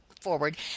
forward